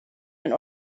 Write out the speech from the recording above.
ein